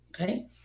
okay